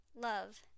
Love